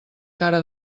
cara